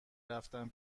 رفتن